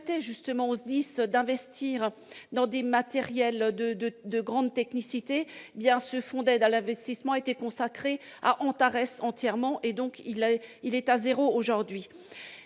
justement hausse 10 d'investir dans des matériels de de de grande technicité bien ce fonds d'aide à l'investissement a été consacrée à Antarès entièrement et donc il avait, il est à 0 aujourd'hui,